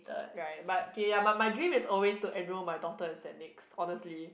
right but kay ya but but my dream is always to enroll my daughter in St-Nics honestly